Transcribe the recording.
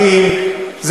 הממלכתיים או הפרטיים?